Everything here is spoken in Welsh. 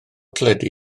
teledu